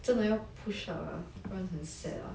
真的要 push up liao 不然很 sad